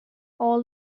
all